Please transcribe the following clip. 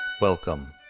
Welcome